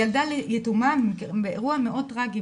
על ילדה יתומה באירוע מאוד טרגי,